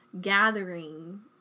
gathering